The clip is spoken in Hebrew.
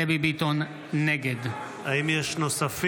בשם חברת הכנסת) דבי ביטון, נגד האם יש נוספים?